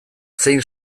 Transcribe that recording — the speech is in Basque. zein